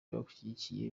bagushyigikiye